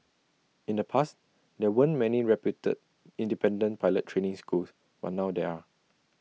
in the past there weren't many reputed independent pilot training schools but now there are